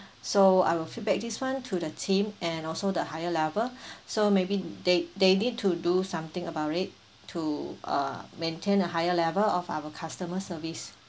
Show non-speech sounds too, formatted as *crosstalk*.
so I will feedback this one to the team and also the higher level *breath* so maybe they they need to do something about it to uh maintain a higher level of our customer service